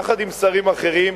יחד עם שרים אחרים,